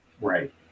Right